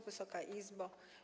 Wysoka Izbo!